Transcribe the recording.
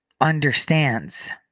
understands